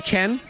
Ken